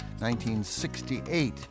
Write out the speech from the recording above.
1968